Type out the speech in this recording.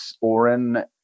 Oren